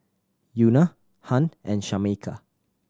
Euna Hunt and Shameka